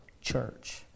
church